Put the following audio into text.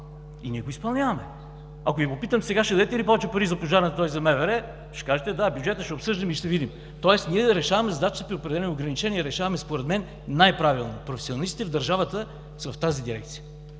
И ние го изпълняваме. Ако сега Ви попитам: ще дадете ли повече пари за Пожарната, тоест за МВР? Ще кажете: „Да, ще обсъдим бюджета, и ще видим“. Тоест ние решаваме задачите при определени ограничения и решаваме според мен най-правилно. Професионалистите в държавата са в тази дирекция.